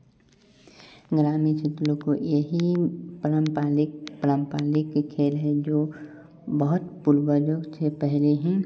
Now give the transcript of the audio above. ग्रामीण क्षेत्रों को यह है पारम्परिक पारम्परिक खेल है जो बहुत पूर्वजों से पहले ही